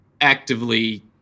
actively